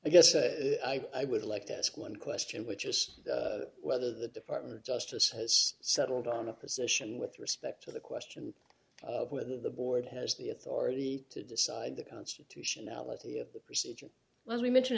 i guess i would like to ask one question which is whether the department of justice has settled on a position with respect to the question of whether the board has the authority to decide the constitutionality of the procedure well as we mentioned